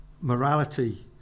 morality